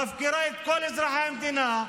מפקירה את כל אזרחי המדינה,